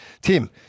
Tim